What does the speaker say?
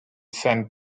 san